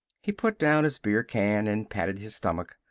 he put down his beer-can and patted his stomach.